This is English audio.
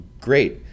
great